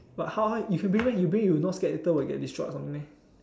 but how how you can bring meh you bring not scared later will get destroyed or something meh